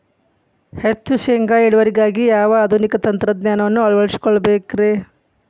ಹೆಚ್ಚು ಶೇಂಗಾ ಇಳುವರಿಗಾಗಿ ಯಾವ ಆಧುನಿಕ ತಂತ್ರಜ್ಞಾನವನ್ನ ಅಳವಡಿಸಿಕೊಳ್ಳಬೇಕರೇ?